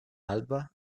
alba